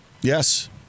Yes